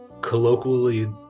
Colloquially